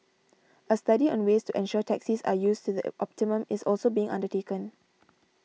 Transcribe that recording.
a study on ways to ensure taxis are used to the optimum is also being undertaken